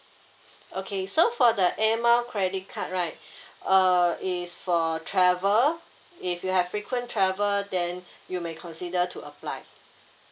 okay so for the air mile credit card right uh is for travel if you have frequent travel then you may consider to apply